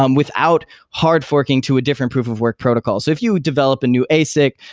um without hard forking to a different proof of work protocols. if you develop a new asic,